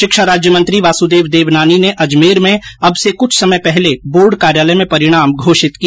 शिक्षा राज्यमंत्री वासुदेव देवनानी ने अजमेर में अब से कुछ समय पहले बोर्ड कार्यालय में परिणाम घोषित किया